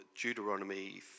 Deuteronomy